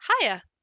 Hiya